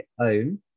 own